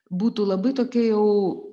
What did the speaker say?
būtų labai tokia jau